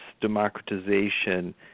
democratization